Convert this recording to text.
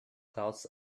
clouds